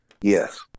Yes